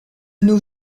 nos